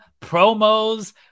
promos